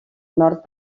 nord